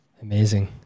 Amazing